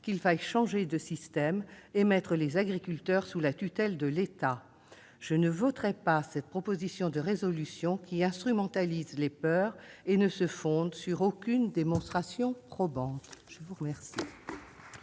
qu'il faille changer de système et mettre les agriculteurs sous la tutelle de l'État. Je ne voterai pas cette proposition de résolution qui instrumentalise les peurs et ne se fonde sur aucune démonstration probante. La parole